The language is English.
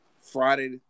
Friday